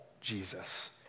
Jesus